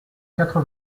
quatre